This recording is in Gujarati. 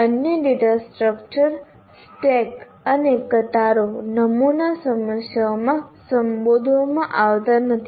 અન્ય ડેટા સ્ટ્રક્ચર્સ સ્ટેક અને કતારો નમૂના સમસ્યાઓમાં સંબોધવામાં આવતા નથી